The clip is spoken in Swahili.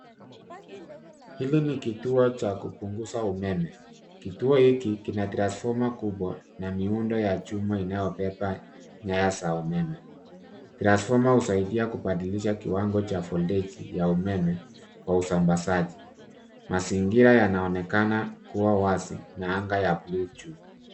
Hili ni kituo cha kupunguza umeme. Kituo hiki kina transfoma kubwa na miundo ya chuma inayobeba nyaya za umeme. Transfoma husaidia kubadilisha kiwango cha volteji ya umeme kwa usambazaji. Mazingira yanaonekana kuwa wazi na angaa ya buluu juu.